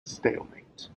stalemate